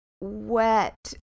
wet